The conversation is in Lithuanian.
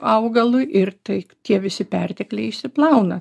augalui ir tai tie visi pertekliai išsiplauna